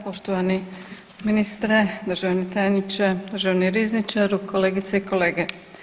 Poštovani ministre, državni tajniče, državni rizničaru, kolegice i kolege.